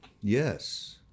Yes